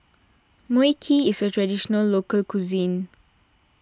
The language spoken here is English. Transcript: Mui Kee is a Traditional Local Cuisine